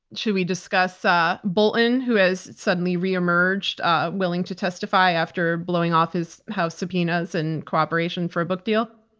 should we discuss ah bolton, who has suddenly reemerged ah willing to testify after blowing off his house subpoenas and cooperation for a book deal?